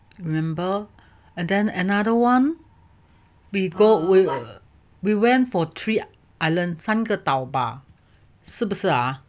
remember and then another one we go err we went for three island 三个岛吧是不是啊